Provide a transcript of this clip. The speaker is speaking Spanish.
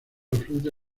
afluente